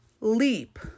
Leap